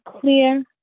clear